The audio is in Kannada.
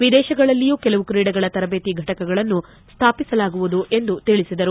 ವಿದೇಶಗಳಲ್ಲಿಯೂ ಕೆಲವು ಕ್ರೀಡೆಗಳ ತರಬೇತಿ ಫಟಕಗಳನ್ನು ಸ್ವಾಪಿಸಲಾಗುವುದು ಎಂದು ತಿಳಿಸಿದರು